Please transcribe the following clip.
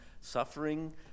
suffering